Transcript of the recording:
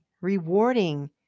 rewarding